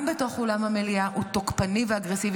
גם בתוך אולם המליאה, הוא תוקפני ואגרסיבי.